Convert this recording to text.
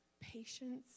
patience